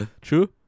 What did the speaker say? True